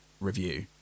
review